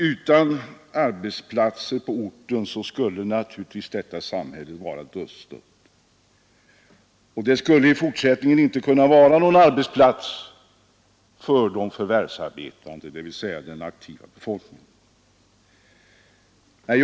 Utan arbetsplatser på orten skulle naturligtvis detta samhälle vara dödsdömt. Det skulle i fortsättningen inte kunna erbjuda något arbete åt den aktiva befolkningen.